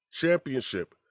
Championship